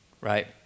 right